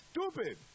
stupid